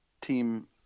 Team